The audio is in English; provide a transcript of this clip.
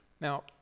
Now